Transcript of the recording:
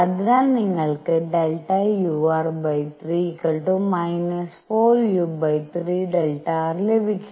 അതിനാൽ നിങ്ങൾക്ക് ∆ur3 4u3 Δr ലഭിക്കും